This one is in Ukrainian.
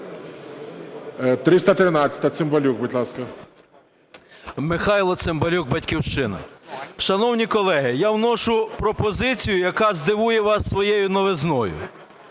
13:21:03 ЦИМБАЛЮК М.М. Михайло Цимбалюк, "Батьківщина". Шановні колеги, я вношу пропозицію, яка здивує вас своєю новизною.